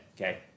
okay